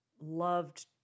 loved